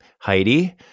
Heidi